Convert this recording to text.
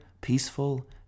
peaceful